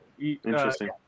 Interesting